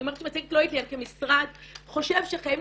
אני אומרת את זה --- כמשרד חושב שחייבים